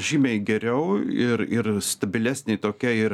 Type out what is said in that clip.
žymiai geriau ir ir stabilesnė tokia ir